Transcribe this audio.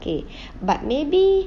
K but maybe